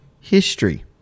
history